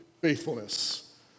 Faithfulness